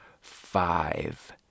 five